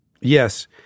Yes